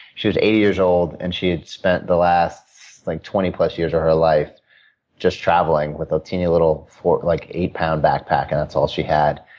she was eighty years old, and she had spent the last like twenty plus years of her life just traveling with a teeny little like eight pound backpack, and that's all she had.